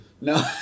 No